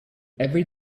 every